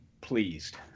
pleased